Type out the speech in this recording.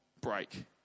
break